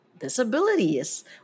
disabilities